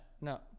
No